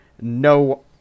No